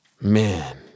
Man